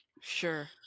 Sure